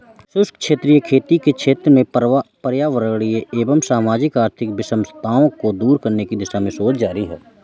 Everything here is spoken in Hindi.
शुष्क क्षेत्रीय खेती के क्षेत्र में पर्यावरणीय एवं सामाजिक आर्थिक विषमताओं को दूर करने की दिशा में शोध जारी है